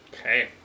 Okay